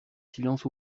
silence